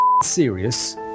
serious